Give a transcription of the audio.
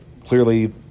clearly